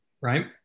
right